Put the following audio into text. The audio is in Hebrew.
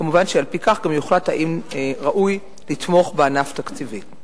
כמובן על-פי כך גם יוחלט אם ראוי לתמוך בענף תקציבית.